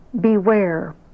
Beware